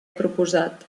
proposat